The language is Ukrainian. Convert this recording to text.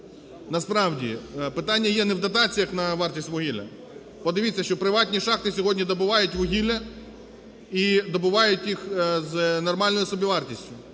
Насправді, питання є не в дотаціях на вартість вугілля. Подивіться, що приватні шахти сьогодні добувають вугілля і добувають їх з нормальною собівартістю,